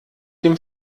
dem